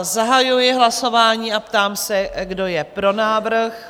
Zahajuji hlasování a ptám se, kdo je pro návrh?